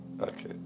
Okay